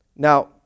Now